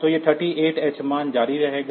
तो यह 38h मान जारी रखेगा